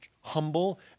humble